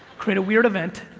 create a weird event